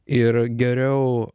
ir geriau